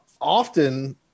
often